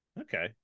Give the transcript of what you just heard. Okay